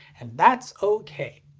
and that's ok!